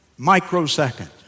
Microsecond